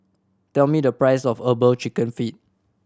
tell me the price of Herbal Chicken Feet